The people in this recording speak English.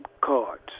cards